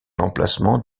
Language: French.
l’emplacement